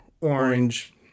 orange